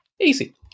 Easy